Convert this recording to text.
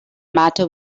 matter